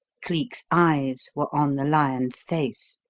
cleek's eyes were on the lion's face.